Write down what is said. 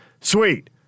sweet